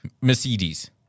Mercedes